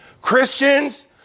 Christians